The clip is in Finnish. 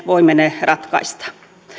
voimme ne ratkaista